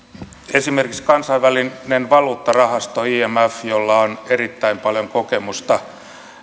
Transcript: esimerkiksi kansainvälinen valuuttarahasto imf jolla on erittäin paljon kokemusta